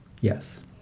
yes